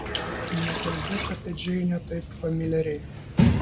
nekalbėk apie džeinę taip familiariai